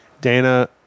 Dana